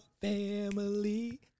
family